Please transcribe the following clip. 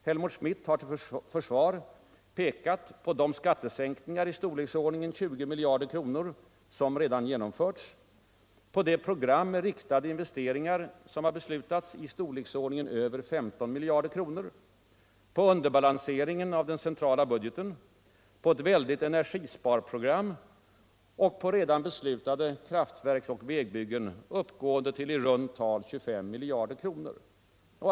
Helmut Schmidt har till försvar pekat på de skattesänkningar i storleksordningen 20 miljarder kronor som redan genomförts, på det program med riktade investeringar i storleksordningen över 15 miljarder kronor som har beslutats, på underbalanseringen av den centrala budgeten, på ett väldigt energisparprogram och på redan beslutade kraftverks och vägbyggen, uppgående till i runt tal 25 miljarder kronor.